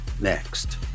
Next